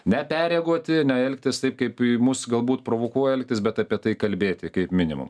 ne perreaguoti ne elgtis taip kaip į mus galbūt provokuoja elgtis bet apie tai kalbėti kaip minimum